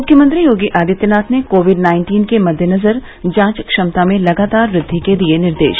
मुख्यमंत्री योगी आदित्यनाथ ने Covid nineteen के मद्देनजर जांच क्षमता में लगातार वृद्धि के दिये निर्देश